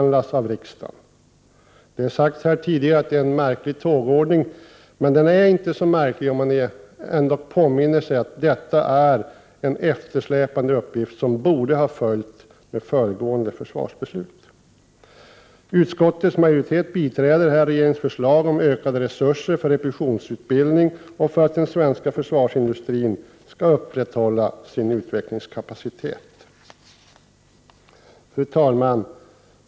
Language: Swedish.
Det har sagts här tidigare att det är en märklig tågordning, men den är inte så märklig om man tänker på att detta är en eftersläpande uppgift som borde ha följt med föregående försvarsbeslut. Utskottets majoritet biträder regeringens förslag om ökade resurser för repetitionsutbildning och för att den svenska försvarsindustrin skall upprätthålla sin utvecklingskapacitet. Fru talman!